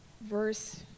verse